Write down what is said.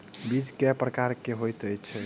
बीज केँ प्रकार कऽ होइ छै?